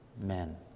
men